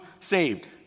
saved